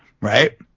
right